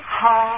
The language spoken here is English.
ha